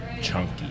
chunky